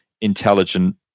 intelligent